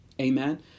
Amen